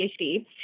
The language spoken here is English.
PhD